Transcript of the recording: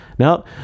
Now